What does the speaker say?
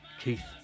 Keith